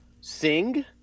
Sing